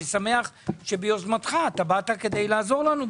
אני שמח שביוזמתך באת כדי לעזור לנו בזה.